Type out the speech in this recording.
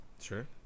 sure